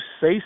say